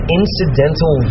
incidental